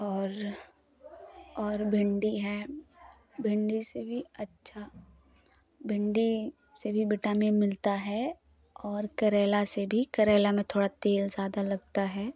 और भिंडी है भिंडी से भी अच्छा भिंडी से भी विटामिन मिलता है और करेलए से भी करेलए में थोड़ा तेल ज़्यादा लगता है